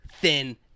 thin